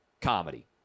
comedy